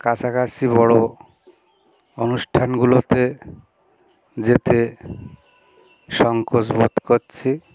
কাছাকাছি বড় অনুষ্ঠানগুলোতে যেতে সংকোচবোধ করছি